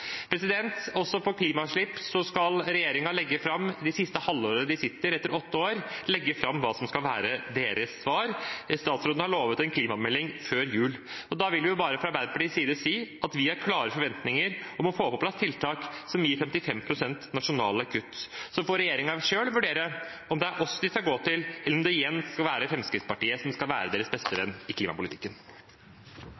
Også når det gjelder klimautslipp, skal regjeringen, det siste halvåret de sitter, etter åtte år legge fram hva som skal være deres svar. Statsråden har lovet en klimamelding før jul. Da vil vi bare fra Arbeiderpartiets side si at vi har klare forventninger om å få på plass tiltak som gir 55 pst. nasjonale kutt. Så får regjeringen selv vurdere om det er oss de skal gå til, eller om det igjen skal være Fremskrittspartiet som skal være deres beste